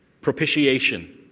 propitiation